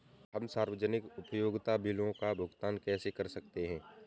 हम सार्वजनिक उपयोगिता बिलों का भुगतान कैसे कर सकते हैं?